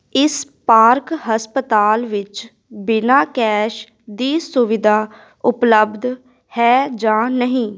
ਇਸ ਪਾਰਕ ਹਸਪਤਾਲ ਵਿੱਚ ਬਿਨਾਂ ਕੈਸ਼ ਦੀ ਸੁਵਿਧਾ ਉਪਲੱਬਧ ਹੈ ਜਾਂ ਨਹੀਂ